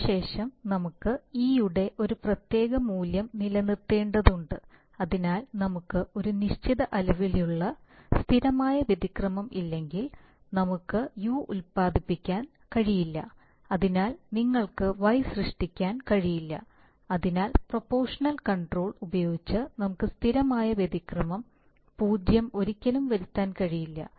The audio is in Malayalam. അതിനുശേഷം നമുക്ക് e യുടെ ഒരു പ്രത്യേക മൂല്യം നിലനിർത്തേണ്ടതുണ്ട് അതിനാൽ നമുക്ക് ഒരു നിശ്ചിത അളവിലുള്ള സ്ഥിരമായ വ്യതിക്രമം ഇല്ലെങ്കിൽ നമുക്ക് u ഉൽപ്പാദിപ്പിക്കാൻ കഴിയില്ല അതിനാൽ നിങ്ങൾക്ക് y സൃഷ്ടിക്കാൻ കഴിയില്ല അതിനാൽ പ്രൊപോഷണൽ കൺട്രോൾ ഉപയോഗിച്ച് നമുക്ക് സ്ഥിരമായ വ്യതിക്രമം 0 ഒരിക്കലും വരുത്താൻ കഴിയില്ല